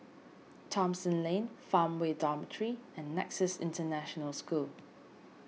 Thomson Lane Farmway Dormitory and Nexus International School